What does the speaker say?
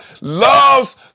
loves